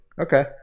Okay